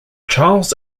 charles